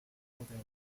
balkan